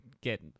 get